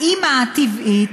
האימא הטבעית,